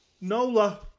NOLA